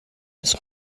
ist